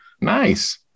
Nice